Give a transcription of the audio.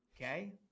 Okay